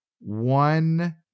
one